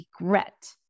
regret